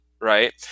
right